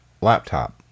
laptop